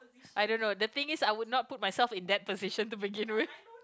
I don't know the thing is I would not put myself in that position to begin with